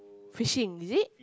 fishing is it